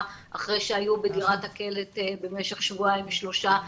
אחרי שהיו בדירת הקלט במשך שבועיים-שלושה.